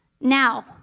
now